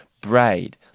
braid